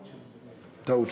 טעות.